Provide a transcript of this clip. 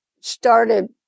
started